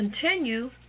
continue